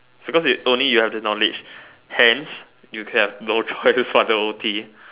because it is only you have the knowledge hence you have no choice but to O